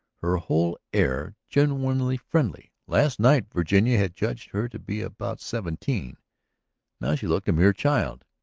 her whole air genuinely friendly. last night virginia had judged her to be about seventeen now she looked a mere child.